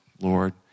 Lord